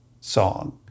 song